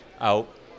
Out